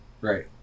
Right